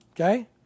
Okay